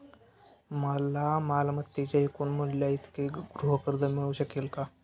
मला मालमत्तेच्या एकूण मूल्याइतके गृहकर्ज मिळू शकेल का?